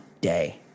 day